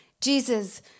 Jesus